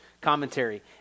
Commentary